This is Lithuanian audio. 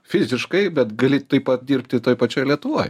fiziškai bet gali taip pat dirbti toj pačioj lietuvoj